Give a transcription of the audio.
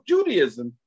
Judaism